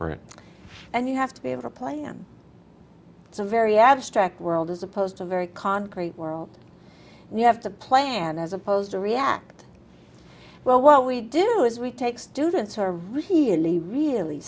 computers and you have to be able to play em it's a very abstract world as opposed to very concrete world and you have to plan as opposed to react well what we do is we take students who are really really